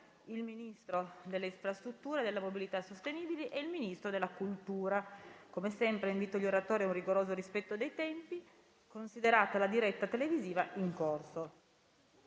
il Ministro delle infrastrutture e della mobilità sostenibili e il Ministro della cultura. Invito gli oratori a un rigoroso rispetto dei tempi, considerata la diretta televisiva in corso.